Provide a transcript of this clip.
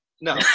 No